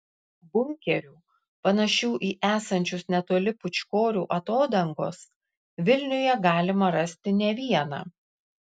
bunkerių panašių į esančius netoli pūčkorių atodangos vilniuje galima rasti ne vieną